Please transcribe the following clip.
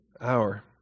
hour